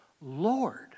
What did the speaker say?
Lord